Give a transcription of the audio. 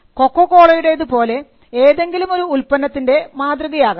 കൊക്കകോളയുടെതു പോലെ ഏതെങ്കിലുമൊരു ഉൽപ്പന്നത്തിൻറെ മാതൃകയാകാം